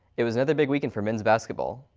it was another big weekend for men's basketball.